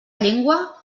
llengua